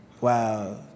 Wow